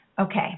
Okay